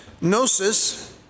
Gnosis